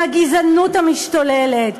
מהגזענות המשתוללת,